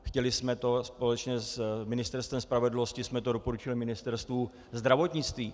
Chtěli jsme to společně, s Ministerstvem spravedlnosti jsme to doporučili Ministerstvu zdravotnictví.